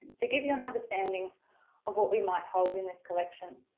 to give you an understanding of what we might hold in this collection.